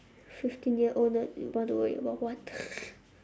fifteen year old nerd want to worry about what